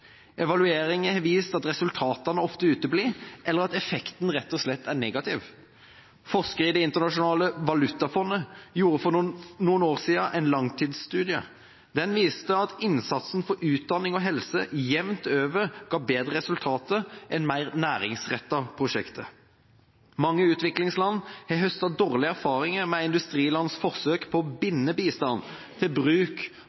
Evalueringer har vist at resultatene ofte uteblir, eller at effekten rett og slett er negativ. Forskere i Det internasjonale valutafondet gjorde for noen år siden en langtidsstudie. Den viste at innsatsen for utdanning og helse jevnt over ga bedre resultater enn mer næringsrettede prosjekter. Mange utviklingsland har høstet dårlige erfaringer med industrilands forsøk på å